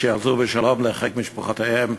שיחזרו בשלום לחיק משפחותיהם.